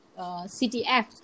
CTF